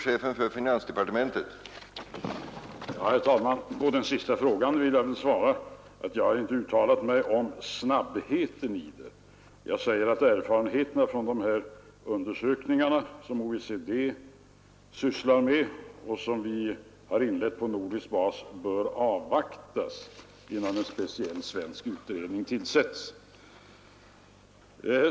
Herr talman! På den sista frågan vill jag svara att jag inte uttalat mig om snabbheten. Jag säger att erfarenheterna från de undersökningar som OECD sysslar med och som vi inlett på nordisk bas bör avvaktas innan en speciell svensk utredning tillsättes.